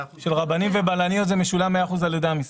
של רבנים ובלניות זה משולם 100% על ידי המשרד.